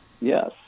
Yes